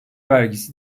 vergisi